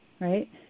right